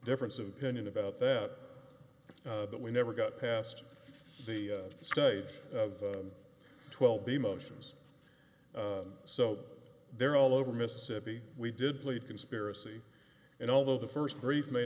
difference of opinion about that that we never got past the stage of twelve emotions so they're all over mississippi we did plead conspiracy and although the first brief may